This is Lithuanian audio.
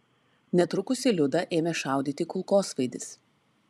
netrukus į liudą ėmė šaudyti kulkosvaidis